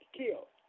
killed